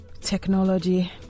Technology